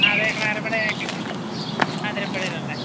അതെ ക്ലാരമ്മടെ ഏട്ട അതിരമ്പുഴയിലുള്ള